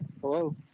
Hello